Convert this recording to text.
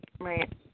Right